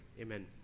Amen